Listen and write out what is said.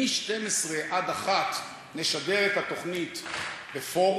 מ-24:00 עד 01:00 נשדר את התוכנית ב-forward